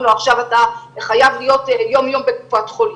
לו: עכשיו אתה חייב להיות יום יום בקופת חולים.